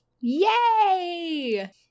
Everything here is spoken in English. Yay